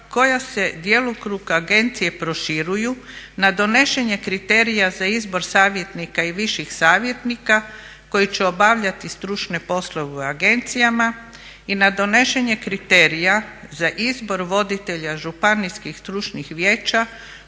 koja se djelokrug agencije proširuju na donošenje kriterija za izbor savjetnika i viših savjetnika koji će obavljati stručne poslove u agencijama i na donošenje kriterija za izbor voditelja županijskih stručnih vijeća